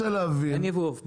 אין יבוא עוף בישראל.